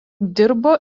dirbo